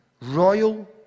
royal